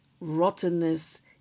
rottenness